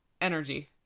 energy